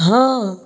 हाँ